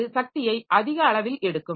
அது சக்தியை அதிக அளவில் எடுக்கும்